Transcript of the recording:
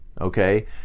okay